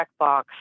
checkbox